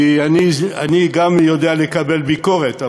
כי אני גם יודע לקבל ביקורת,